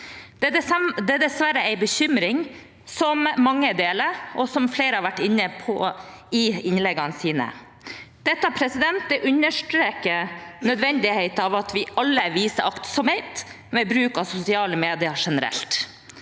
Det er dessverre en bekymring som mange deler, og som flere har vært inne på i innleggene sine. Dette understreker nødvendigheten av at vi alle viser aktsomhet ved bruk av sosiale medier generelt.